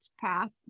path